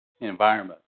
Environment